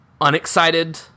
unexcited